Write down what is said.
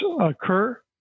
occur